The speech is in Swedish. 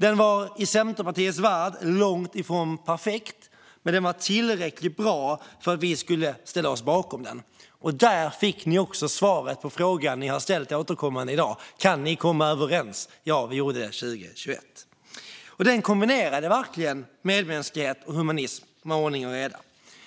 Den var i Centerpartiets värld långt ifrån perfekt, men den var tillräckligt bra för att vi skulle ställa oss bakom den. Där är svaret på den fråga som har ställts återkommande här i dag: om vi kan komma överens. Ja, vi gjorde det 2021. Politiken kombinerade verkligen medmänsklighet och humanism med ordning och reda.